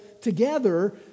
together